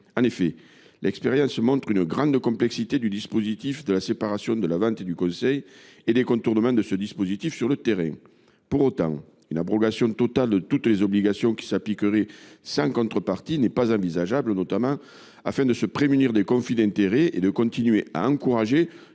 En effet, l’expérience montre que le dispositif de séparation de la vente et du conseil est très complexe et qu’il fait l’objet de contournements sur le terrain. Pour autant, une abrogation totale de toutes les obligations qui s’appliquerait sans contrepartie n’est pas envisageable, notamment afin de se prémunir des conflits d’intérêts et de continuer à encourager